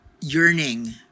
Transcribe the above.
yearning